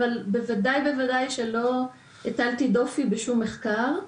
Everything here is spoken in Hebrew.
אבל בוודאי שלא הטלתי דופי בשום מחקר.